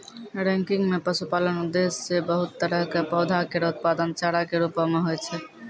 ranking म पशुपालन उद्देश्य सें बहुत तरह क पौधा केरो उत्पादन चारा कॅ रूपो म होय छै